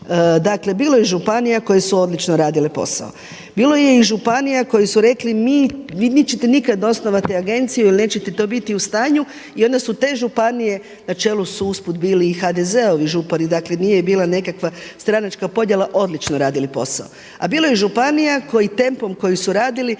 Dakle, bilo je i županija koje su odlično radile posao. Bilo je i županija koje su rekle vi nećete nikada osnovati Agenciju jer nećete to biti u stanju i onda su te županije na čelu su usput bili i HDZ-ovi župani, dakle, nije bila nekakva stranačka podjela odlično radili posao. A bilo je i županija koji tempom koji su radili